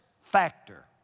factor